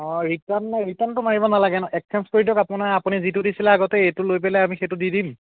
অঁ ৰিটাৰ্ণ ৰিটাৰ্ণটো মাৰিব নালাগে নহয় এক্সেঞ্জ কৰি দিয়ক আপোনাৰ আপুনি যিটো দিছিলে আগতে এইটো লৈ পেলাই আমি সেইটো দি দিম